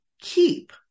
keep